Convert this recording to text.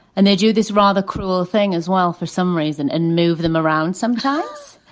and they do this rather cruel thing as well for some reason and move them around sometimes.